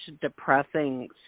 depressing